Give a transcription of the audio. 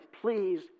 please